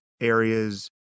areas